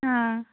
हाँ